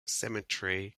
cemetery